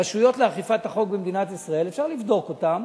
הרשויות לאכיפת החוק בישראל, אפשר לבדוק אותן